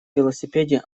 велосипеде